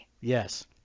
yes